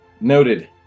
Noted